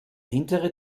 hintere